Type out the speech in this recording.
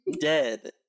dead